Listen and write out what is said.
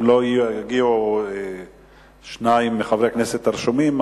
אם לא יגיעו שניים מחברי הכנסת הרשומים,